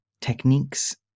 techniques